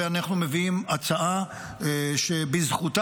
ואנחנו מביאים הצעה שבזכותה,